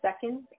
seconds